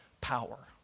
power